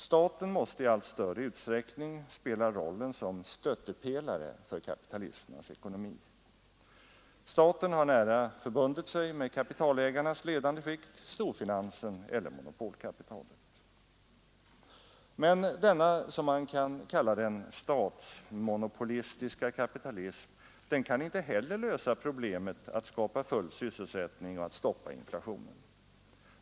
Staten måste i allt större utsträckning spela rollen som stöttepelare för kapitalisternas ekonomi. Staten har nära förbundit sig med kapitalägarnas ledande skikt — storfinansen eller monopolkapitalet. Men denna, som man kan kalla den, statsmonopolistiska kapitalism kan inte heller lösa problemet att skapa full sysselsättning och att stoppa inflationen.